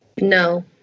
no